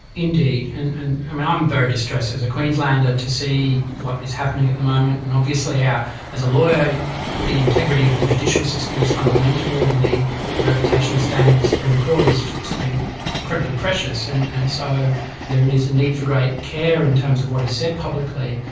indeed, and and um i'm very distressed as a queenslander to see what is happening at the moment, and obviously yeah as a lawyer the integrity of the judicial system is fundamental and the reputation and standing of the supreme court is something incredibly precious. and and so therein is the need for great care in terms of what is said publicly.